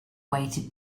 weighted